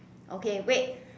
okay wait